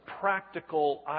practical